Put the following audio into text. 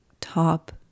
top